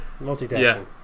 Multitasking